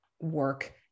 work